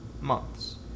months